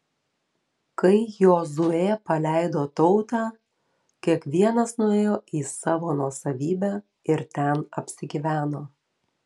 kai jozuė paleido tautą kiekvienas nuėjo į savo nuosavybę ir ten apsigyveno